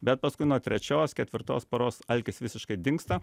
bet paskui nuo trečios ketvirtos paros alkis visiškai dingsta